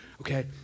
okay